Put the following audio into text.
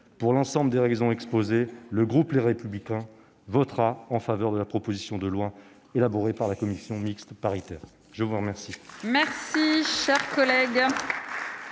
Pour l'ensemble de ces raisons exposées, le groupe Les Républicains votera en faveur de la proposition de loi élaborée par la commission mixte paritaire. La parole